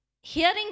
hearing